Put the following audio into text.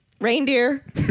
Reindeer